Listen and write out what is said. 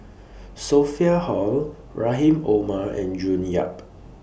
Sophia Hull Rahim Omar and June Yap